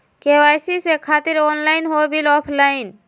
KYC से खातिर online हो बिल ऑफलाइन?